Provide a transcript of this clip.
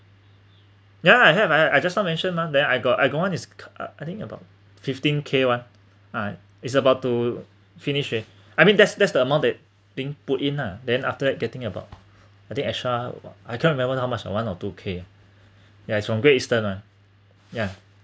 yeah I have I have I just now mention mah then I got I got one is k~ I think about fifteen K one ah is about to finish eh I mean that's that's the amount that being put in lah then after that getting about I think extra I can't remember how much uh one or two K ya it's from Great Eastern [one] yeah